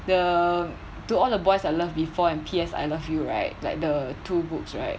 the to all the boys I loved before and P_S I love you right like the two books right